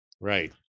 Right